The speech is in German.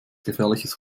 gefährliches